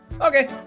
okay